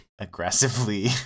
Aggressively